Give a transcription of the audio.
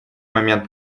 момент